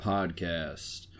Podcast